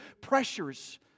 pressures